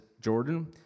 Jordan